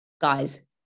guys